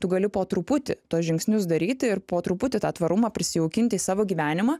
tu gali po truputį tuos žingsnius daryti ir po truputį tą tvarumą prisijaukint į savo gyvenimą